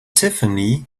tiffany